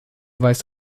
weist